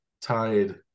tied